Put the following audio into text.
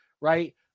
Right